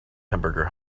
hamburger